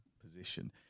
position